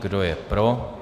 Kdo je pro?